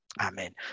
Amen